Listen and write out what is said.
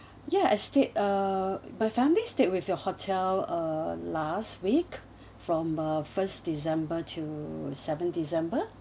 ya I stayed uh my family stayed with your hotel uh last week from uh first december to seventh december